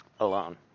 Alone